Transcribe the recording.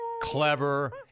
clever